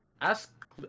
Ask